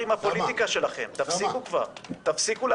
--- תתמודד עם